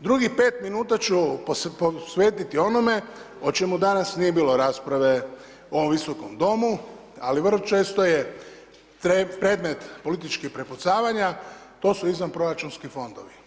drugih 5 min ću posvetiti onome o čemu danas nije rasprave u ovom Visokom domu, ali vrlo često je predmet političkih prepucavanja, to su izvanproračunski fondovi.